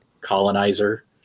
colonizer